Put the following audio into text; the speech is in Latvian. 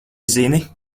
zini